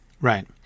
right